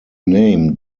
name